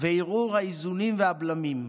וערעור האיזונים והבלמים,